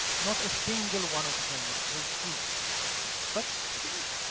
not a single one of them was true but it didn't,